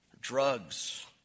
Drugs